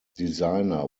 designer